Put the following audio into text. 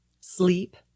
sleep